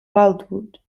wildwood